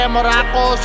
Morocco